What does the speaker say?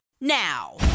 now